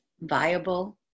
viable